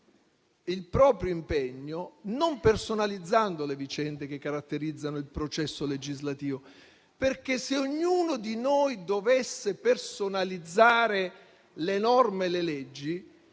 al proprio impegno, non personalizzando le vicende che caratterizzano il processo legislativo. Se ognuno di noi dovesse personalizzare le norme e le leggi,